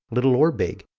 little or big,